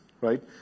right